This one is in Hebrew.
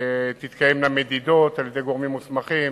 תתקיימנה מדידות על-ידי גורמים מוסמכים,